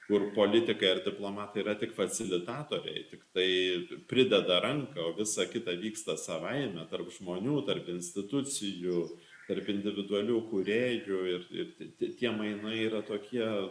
kur politikai ar diplomatai yra tik facilitatoriai tiktai prideda ranką o visa kita vyksta savaime tarp žmonių tarp institucijų tarp individualių kūrėjų ir ir tie tie mainai yra tokie